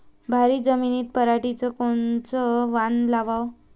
भारी जमिनीत पराटीचं कोनचं वान लावाव?